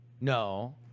No